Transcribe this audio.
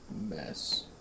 mess